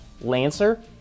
Lancer